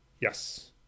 yes